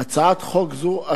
הצעת חוק זו,